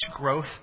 growth